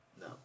No